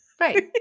Right